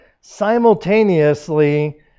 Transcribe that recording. simultaneously